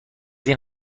این